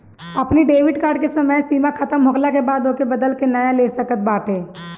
अपनी debit card के समय सीमा खतम होखला के बाद ओके बदल के नया ले सकत बाटअ